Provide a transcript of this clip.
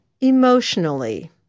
emotionally